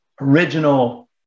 original